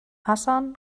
hassan